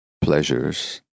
pleasures